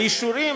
האישורים,